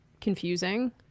Confusing